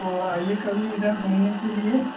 तो आइए कभी इधर घूमने के लिए